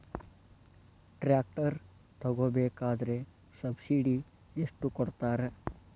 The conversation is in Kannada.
ಟ್ರ್ಯಾಕ್ಟರ್ ತಗೋಬೇಕಾದ್ರೆ ಸಬ್ಸಿಡಿ ಎಷ್ಟು ಕೊಡ್ತಾರ?